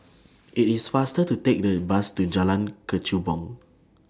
IT IS faster to Take The Bus to Jalan Kechubong